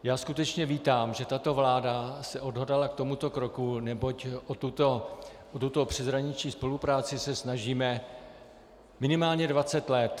Já skutečně vítám, že se tato vláda odhodlala k tomuto kroku, neboť o tuto přeshraniční spolupráci se snažíme minimálně dvacet let.